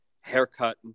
haircut